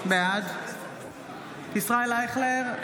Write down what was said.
בעד ישראל אייכלר,